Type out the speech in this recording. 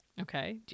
Okay